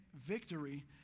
victory